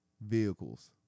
vehicles